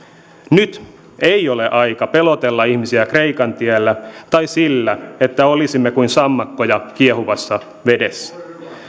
nyt ei ole aika pelotella ihmisiä kreikan tiellä tai sillä että olisimme kuin sammakkoja kiehuvassa vedessä